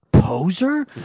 Poser